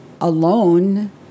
alone